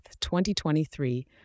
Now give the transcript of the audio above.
2023